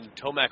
Tomac